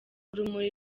urumuri